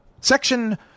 Section